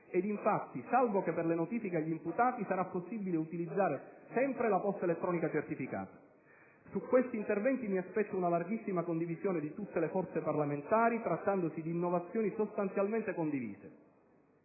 ed infatti, salvo che per le notifiche agli imputati, sarà possibile utilizzare sempre la posta elettronica certificata. Su questi interventi mi aspetto una larghissima condivisione di tutte le forze parlamentari trattandosi di innovazioni sostanzialmente condivise.